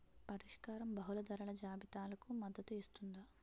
పరిష్కారం బహుళ ధరల జాబితాలకు మద్దతు ఇస్తుందా?